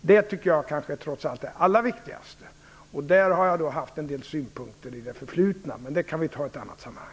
Det tycker jag kanske trots allt är allra viktigast. Där har jag haft en del synpunkter i det förflutna. Men det kan vi ta i annat sammanhang.